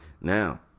Now